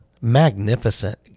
magnificent